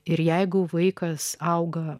ir jeigu vaikas auga